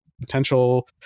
potential